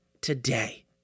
today